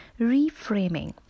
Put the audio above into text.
reframing